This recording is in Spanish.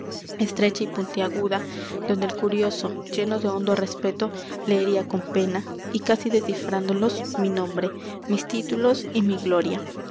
estrecha y puntiaguda donde el curioso lleno de hondo respeto leería con pena y casi descifrándolos mi nombre mis títulos y mi gloria